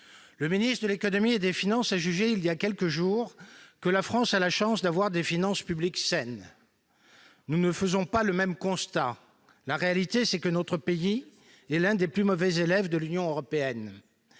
Le ministre de l'économie et des finances a jugé, voilà quelques jours, que la France a la chance d'avoir des finances publiques saines. Nous ne faisons pas le même constat. Personne ne le fait ! La réalité, c'est que notre pays est l'un des plus mauvais élèves de l'Union européenne.